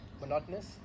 Monotonous